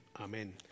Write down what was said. amen